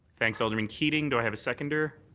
thanks, alderman keating. do i have a seconder?